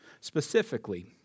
Specifically